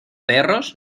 perros